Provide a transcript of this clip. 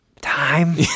Time